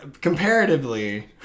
Comparatively